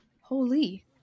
Holy